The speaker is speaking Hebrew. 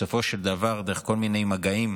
בסופו של דבר, דרך כל מיני מגעים,